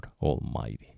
Almighty